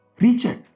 Recheck